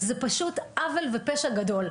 זה פשוט עוול ופשע גדול.